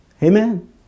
Amen